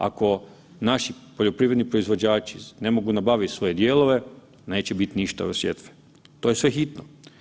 Ako naši poljoprivredni proizvođači ne mogu nabaviti svoje dijelove neće biti ništa od sjetve, to je sve hitno.